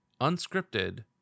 unscripted